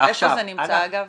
איפה זה נמצא, אגב?